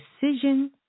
decision